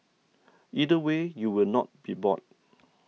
either way you will not be bored